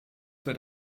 für